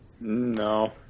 No